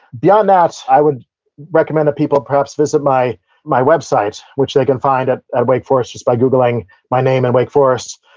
beyond that, i would recommend that people perhaps visit my my website, which they can find at at wake forest just by googling my name and wake forest.